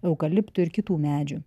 eukaliptų ir kitų medžių